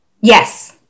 Yes